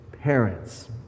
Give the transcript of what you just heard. parents